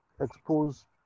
expose